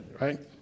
right